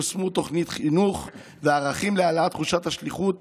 יושמה תוכנית חינוך וערכים להעלאת תחושת השליחות